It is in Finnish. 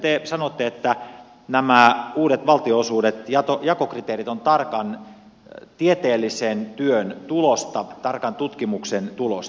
te sanotte että nämä uudet valtionosuuden jakokriteerit ovat tarkan tieteellisen työn tulosta tarkan tutkimuksen tulosta